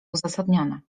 uzasadnione